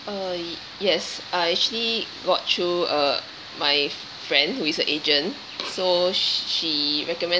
uh yes I actually got through uh my friend who is a agent so she recommended